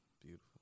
beautiful